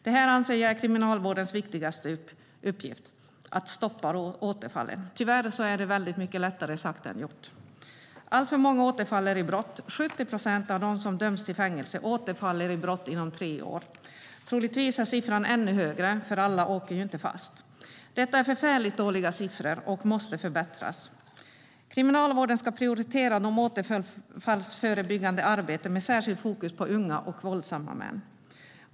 Jag anser att det är Kriminalvårdens viktigaste uppgift att stoppa återfallen. Tyvärr är det är lättare sagt än gjort. Alltför många återfaller i brott. 70 procent av dem som dömts till fängelse återfaller i brott inom tre år. Troligtvis är siffran ännu högre, för alla åker ju inte fast. Detta är förfärligt dåliga siffror, som måste förbättras. Kriminalvården ska prioritera det återfallsförebyggande arbetet med särskilt fokus på unga och gruppen våldsamma män.